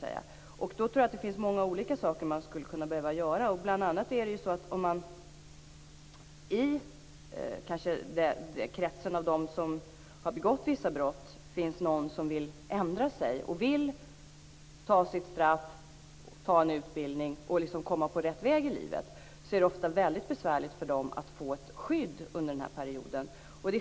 Jag tror att man skulle behöva göra många olika saker. För dem som har begått vissa brott men som vill ändra sig, ta sitt straff, gå in i en utbildning och komma in på rätt väg i livet är det ofta väldigt besvärligt att få skydd under den aktuella perioden.